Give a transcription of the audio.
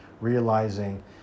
realizing